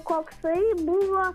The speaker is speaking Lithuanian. koksai buvo